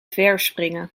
verspringen